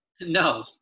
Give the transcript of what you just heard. No